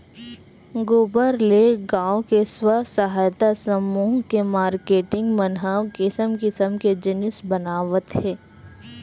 गोबर ले गाँव के स्व सहायता समूह के मारकेटिंग मन ह किसम किसम के जिनिस बनावत हे